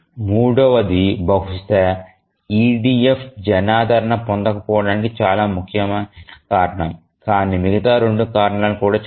మూడవది బహుశా EDF జనాదరణ పొందకపోవడానికి చాలా ముఖ్యమైన కారణం కానీ మిగతా 2 కారణాలు కూడా చెడ్డవి